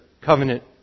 covenant